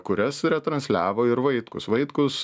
kurias retransliavo ir vaitkus vaitkus